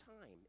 time